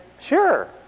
sure